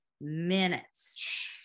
minutes